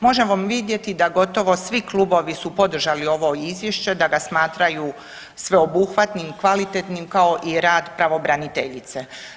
Možemo vidjeti da gotovo svi klubovi su podržali ovo izvješće, da ga smatraju sveobuhvatnim i kvalitetnim, kao i rad pravobraniteljice.